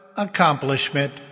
Accomplishment